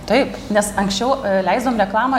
taip nes anksčiau leidavom reklamą